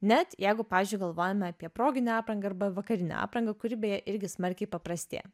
net jeigu pavyzdžiui galvojame apie proginę aprangą arba vakarinę aprangą kuri beje irgi smarkiai paprastėja